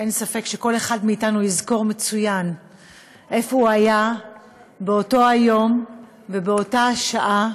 אין ספק שכל אחד מאתנו יזכור מצוין איפה הוא היה באותו היום ובאותה שעה